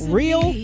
real